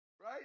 right